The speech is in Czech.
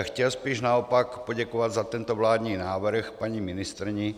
Chtěl bych spíš naopak poděkovat za tento vládní návrh paní ministryni.